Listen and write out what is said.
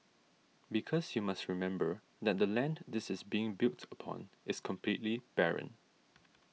because you must remember that the land this is being built upon is completely barren